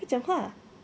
讲话